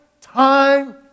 time